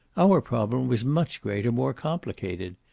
our problem was much greater, more complicated.